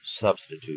substitute